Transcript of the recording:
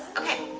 okay?